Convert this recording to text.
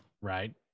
Right